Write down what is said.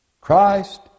Christ